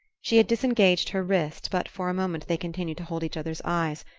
she had disengaged her wrist but for a moment they continued to hold each other's eyes,